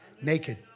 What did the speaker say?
naked